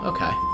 Okay